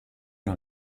una